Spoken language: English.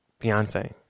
Beyonce